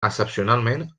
excepcionalment